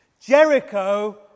Jericho